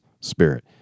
spirit